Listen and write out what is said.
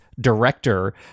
director